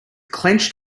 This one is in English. clenched